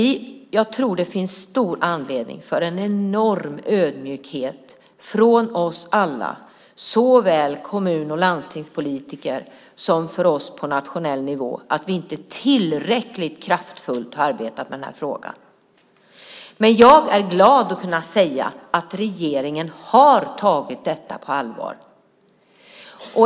Jag tror att det finns stor anledning till en enorm ödmjukhet från oss alla, såväl för kommun och landstingspolitiker som för oss på nationell nivå, för att vi inte tillräckligt kraftfullt har arbetat med den här frågan. Jag är ändå glad att kunna säga att regeringen har tagit detta på allvar.